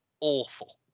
awful